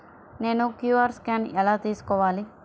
నేను QR scan ఎలా తీసుకోవాలి?